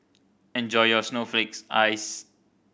enjoy your snowflakes ice